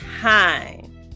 time